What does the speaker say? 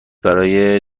برای